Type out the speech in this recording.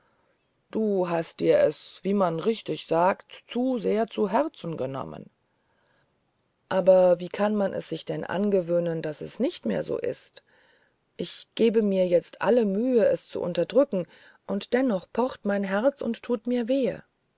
du hast dir es wie man richtig sagt zu sehr zu herzen genommen aber wie kann man sich denn angewöhnen daß es nicht mehr so ist ich gebe mir jetzt alle mühe es zu unterdrücken und dennoch pocht mein herz und tut mir wehe